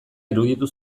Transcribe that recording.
iruditu